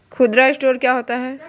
खुदरा स्टोर क्या होता है?